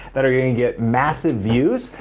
that are gonna and get massive views,